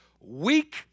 weak